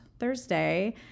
Thursday